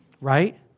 Right